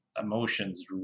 emotions